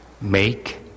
make